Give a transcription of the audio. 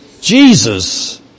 Jesus